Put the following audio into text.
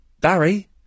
Barry